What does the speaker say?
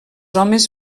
homes